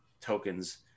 tokens